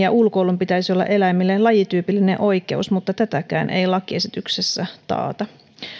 ja ulkoilun pitäisi olla eläimille lajityypillinen oikeus mutta tätäkään ei lakiesityksessä taata